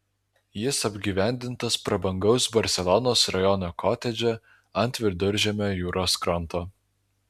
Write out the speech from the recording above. jis apgyvendintas prabangaus barselonos rajono kotedže ant viduržiemio jūros kranto